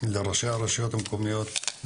לראשי הרשויות המקומיות,